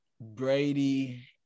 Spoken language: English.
Brady